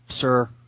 sir